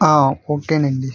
okay అండి